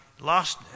lost